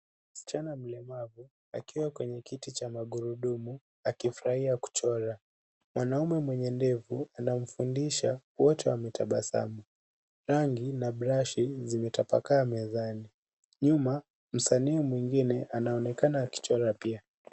Msichana mlemavu akiwa kwenye kiti cha magurudumu, akifurahia kuchora, mwanaume mwenye ndevu anamfundisha wote wametabasamu. Rangi na brashi zimetapakaa mezani. Nyuma msanii mwingine anaonekana akichora pia.